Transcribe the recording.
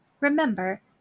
Remember